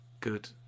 good